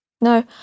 No